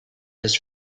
his